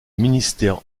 ministère